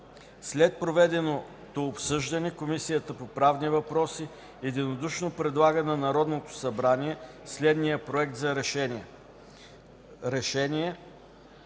След проведеното обсъждане Комисията по правни въпроси единодушно предлага на Народното събрание следния Проект за РЕШЕНИЕ